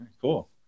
Cool